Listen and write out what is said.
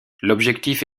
l’objectif